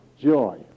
Joy